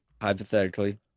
hypothetically